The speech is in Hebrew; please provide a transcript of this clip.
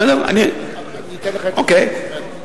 אוקיי.